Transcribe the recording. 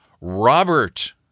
Robert